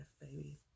baby